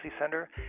center